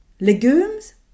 legumes